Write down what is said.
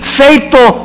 faithful